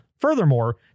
Furthermore